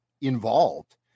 involved